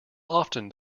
often